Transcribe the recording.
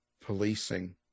policing